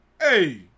hey